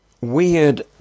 weird